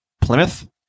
Plymouth